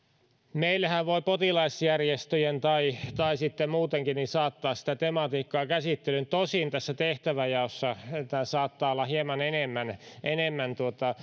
meillehän voi potilasjärjestöjen kautta tai muutenkin saattaa sitä tematiikkaa käsittelyyn tosin tässä tehtäväjaossa tämä saattaa olla hieman enemmän enemmän